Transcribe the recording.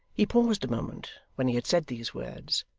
he paused a moment when he had said these words,